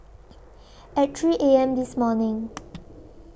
At three A M This morning